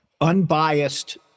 unbiased